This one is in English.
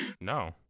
No